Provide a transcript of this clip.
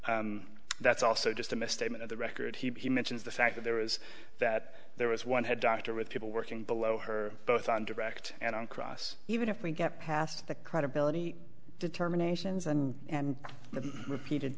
that's also just a misstatement of the record he mentions the fact that there is that there was one head doctor with people working below her both on direct and on cross even if we get past the credibility determinations and and